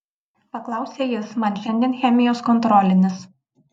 paklausė jis man šiandien chemijos kontrolinis